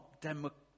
democracy